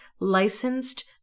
licensed